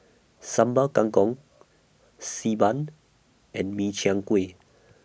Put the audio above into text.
Sambal Kangkong Xi Ban and Min Chiang Kueh